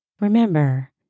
Remember